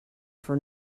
for